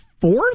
fourth